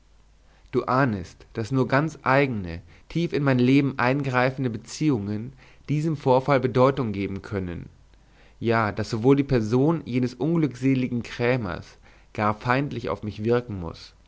du ahnest daß nur ganz eigne tief in mein leben eingreifende beziehungen diesem vorfall bedeutung geben können ja daß wohl die person jenes unglückseligen krämers gar feindlich auf mich wirken muß